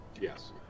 Yes